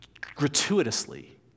gratuitously